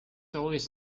always